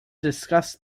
discuss